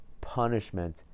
Punishment